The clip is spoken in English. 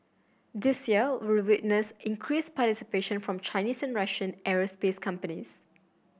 this year will witness increased participation from Chinese and Russian aerospace companies